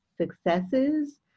successes